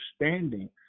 understanding